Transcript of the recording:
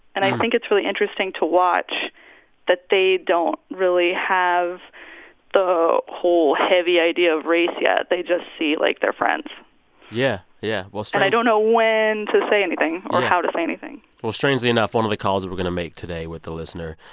and i think it's really interesting to watch that they don't really have the whole, heavy idea of race yet. they just see, like, their friends yeah, yeah. well. and i don't know when to say anything or how to say anything well, strangely enough, one of the calls we're going to make today with a listener